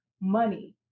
money